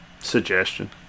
suggestion